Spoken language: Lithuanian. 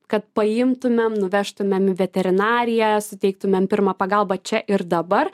kad paimtumėm nuvežtumėm veterinariją suteiktumėm pirmą pagalbą čia ir dabar